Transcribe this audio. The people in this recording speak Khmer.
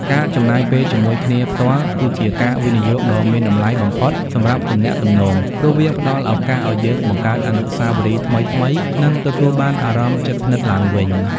ការចំណាយពេលជាមួយគ្នាផ្ទាល់ គឺជាការវិនិយោគដ៏មានតម្លៃបំផុតសម្រាប់ទំនាក់ទំនង ព្រោះវាផ្តល់ឱកាសឱ្យយើងបង្កើតអនុស្សាវរីយ៍ថ្មីៗ និងទទួលបានអារម្មណ៍ជិតស្និទ្ធឡើងវិញ។